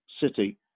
City